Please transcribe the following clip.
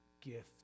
gift